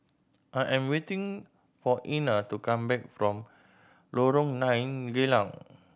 I am waiting for Ina to come back from Lorong Nine Geylang